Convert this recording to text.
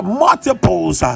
multiples